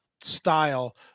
style